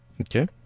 Okay